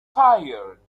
tired